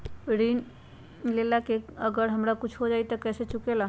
ऋण लेला के बाद अगर हमरा कुछ हो जाइ त ऋण कैसे चुकेला?